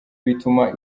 bituma